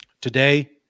today